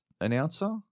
announcer